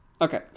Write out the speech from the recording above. Okay